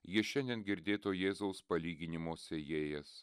jis šiandien girdėto jėzaus palyginimo sėjėjas